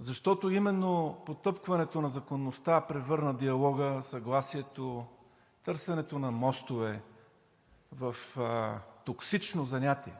Защото именно потъпкването на законността превърна диалога, съгласието, търсенето на мостове в токсично занятие.